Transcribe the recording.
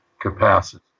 capacity